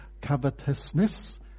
Covetousness